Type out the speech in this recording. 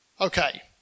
Okay